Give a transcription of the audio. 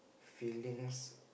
feelings